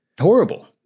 Horrible